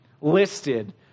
listed